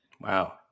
Wow